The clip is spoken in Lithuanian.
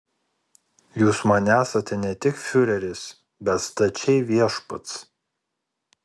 jūs man esate ne tik fiureris bet stačiai viešpats